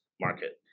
market